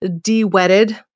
de-wetted